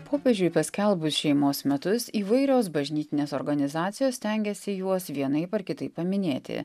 popiežiui paskelbus šeimos metus įvairios bažnytinės organizacijos stengiasi juos vienaip ar kitaip paminėti